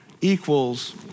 equals